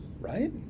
right